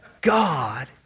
God